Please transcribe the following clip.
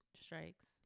Strikes